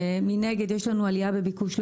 מנגד יש לנו עלייה בביקוש לחבילות.